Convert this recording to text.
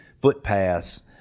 footpaths